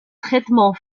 traitements